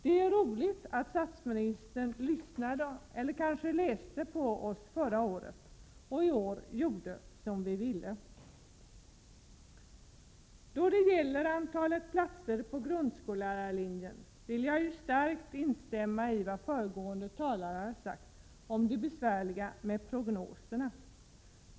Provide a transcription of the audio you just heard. Det är roligt att utbildningsministern har lyssnat på vad vi sade förra året och i år ansluter sig till den uppfattningen. Då det gäller antalet platser på grundskollärarlinjen vill jag starkt instämma i vad föregående talare har sagt om hur besvärligt det är att göra prognoser.